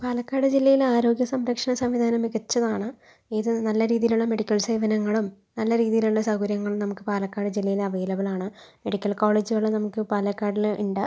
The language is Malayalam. പാലക്കാട് ജില്ലയിൽ ആരോഗ്യ സംരക്ഷണ സംവിധാനം മികച്ചതാണ് ഇത് നല്ല രീതിയിലുള്ള മെഡിക്കൽ സേവനങ്ങളും നല്ല രീതിയിലുള്ള സൗകര്യങ്ങളും നമുക്ക് പാലക്കാട് ജില്ലയിൽ അവൈലബിൾ ആണ് മെഡിക്കൽ കോളേജുകൾ നമുക്ക് പാലക്കാടില് ഉണ്ട്